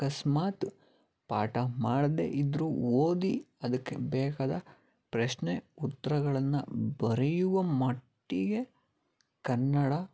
ಅಕಸ್ಮಾತ್ ಪಾಠ ಮಾಡದೇ ಇದ್ರು ಓದಿ ಅದಕ್ಕೆ ಬೇಕಾದ ಪ್ರಶ್ನೆ ಉತ್ರಗಳನ್ನು ಬರೆಯುವ ಮಟ್ಟಿಗೆ ಕನ್ನಡ